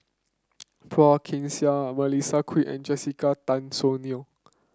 Phua Kin Siang Melissa Kwee and Jessica Tan Soon Neo